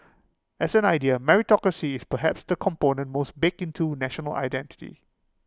as an idea meritocracy is perhaps the component most baked into national identity